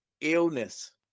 illness